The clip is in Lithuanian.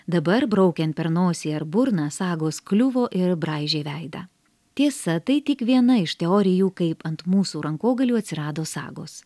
dabar braukiant per nosį ar burną sagos kliuvo ir braižė veidą tiesa tai tik viena iš teorijų kaip ant mūsų rankogalių atsirado sagos